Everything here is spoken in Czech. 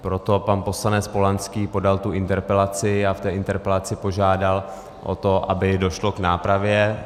Proto pan poslanec Polanský podal tu interpelaci a v té interpelaci požádal o to, aby došlo k nápravě.